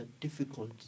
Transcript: difficult